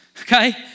okay